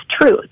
truth